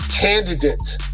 candidate